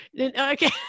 Okay